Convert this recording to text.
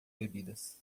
bebidas